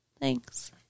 Thanks